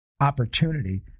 opportunity